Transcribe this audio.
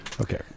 Okay